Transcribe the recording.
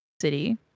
city